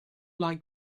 like